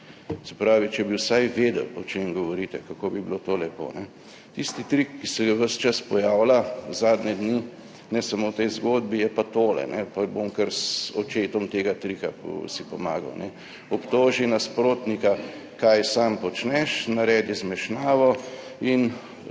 Se pravi, če bi vsaj vedeli o čem govorite, kako bi bilo to lepo, kajne? Tisti trik, ki se ga ves čas pojavlja, zadnje dni, ne samo v tej zgodbi, je pa tole, pa bom kar z očetom tega trika si pomagal, ne. Obtoži nasprotnika, kaj sam počneš, naredi zmešnjavo in